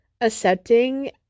accepting